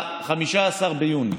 ונותנים